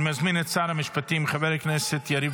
אני מזמין את שר המשפטים חבר הכנסת יריב